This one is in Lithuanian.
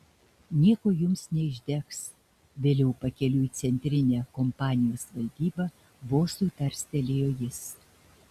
nieko jums neišdegs vėliau pakeliui į centrinę kompanijos valdybą bosui tarstelėjo jis